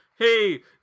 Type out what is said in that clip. hey